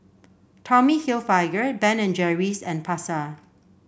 Tommy Hilfiger Ben and Jerry's and Pasar